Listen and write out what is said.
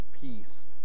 peace